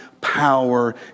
power